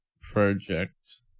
project